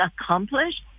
accomplished